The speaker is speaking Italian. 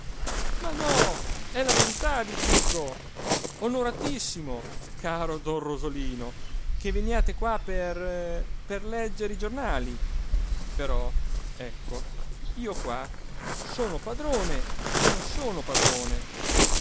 ma no è la verità vi dico onoratissimo caro don rosolino che veniate qua per per leggere i giornali però ecco io qua sono padrone e non sono padrone